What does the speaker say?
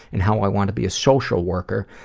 and how i want to be a social worker,